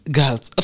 girls